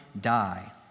die